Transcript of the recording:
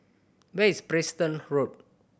where is Preston Road